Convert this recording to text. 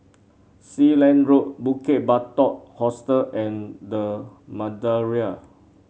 Sealand Road Bukit Batok Hostel and The Madeira